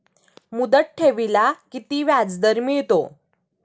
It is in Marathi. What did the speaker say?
मुदत ठेवीला किती व्याजदर मिळतो?